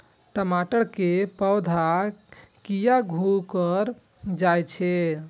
टमाटर के पौधा किया घुकर जायछे?